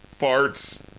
farts